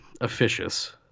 officious